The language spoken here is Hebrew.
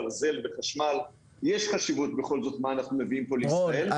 ברזל וחשמל ויש חשיבות בכל זאת מה אנחנו נביא לפה לישראל.